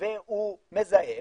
והוא מזהם,